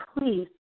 please